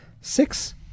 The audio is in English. six